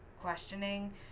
questioning